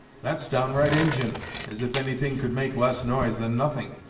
that's downright injin as if any thing could make less noise than nothing!